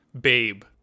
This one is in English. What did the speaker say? Babe